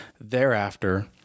thereafter